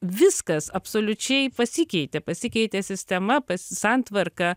viskas absoliučiai pasikeitė pasikeitė sistema pas santvarka